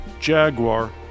Jaguar